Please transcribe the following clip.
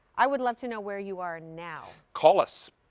i would love to know where you are now. call us.